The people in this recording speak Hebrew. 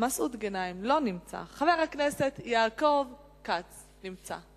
מסעוד גנאים, לא נמצא, חבר הכנסת יעקב כץ נמצא.